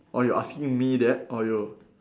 orh you asking me that or you